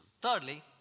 Thirdly